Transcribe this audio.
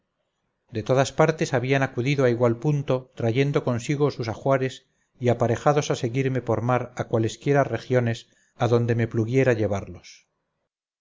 de todas partes habían acudido a igual punto trayendo consigo sus ajuares y aparejados a seguirme por mar a cualesquiera regiones adonde me pluguiera llevarlos